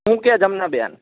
હું કે તમને બેન